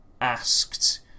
asked